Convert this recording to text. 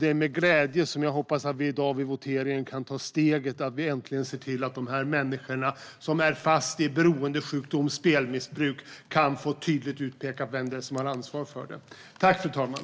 Det är med glädje jag kan säga att jag hoppas att vi vid voteringen i dag kan ta steget och se till att de som är fast i beroendesjukdomar, som spelmissbruk, kan få tydligt utpekat vem som har ansvar för behandling av det.